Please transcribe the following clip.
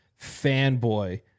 fanboy